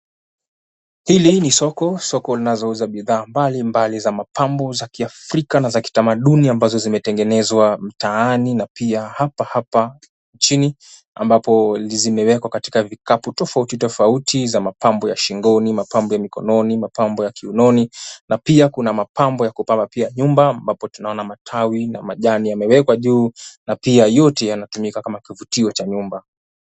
Hili ni soko, soko linalouza bidhaa mbalimbali za mapambo za kiafrika na za kitamaduni. Ambazo zimetengenezwa mtaani na pia hapa hapa nchini. Ambapo zimewekwa katika vikapu tofauti tofauti za mapambo ya shingoni, mapambo ya mikononi, mapambo ya kiunoni, na pia kuna mapambo ya kupamba pia nyumba. Ambapo tunaona matawi na majani yamewekwa juu, na pia yote yanatumika kama kivutio cha nyumba.